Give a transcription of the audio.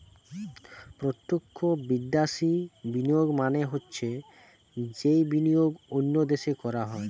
প্রত্যক্ষ বিদ্যাশি বিনিয়োগ মানে হৈছে যেই বিনিয়োগ অন্য দেশে করা হয়